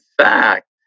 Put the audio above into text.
fact